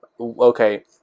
okay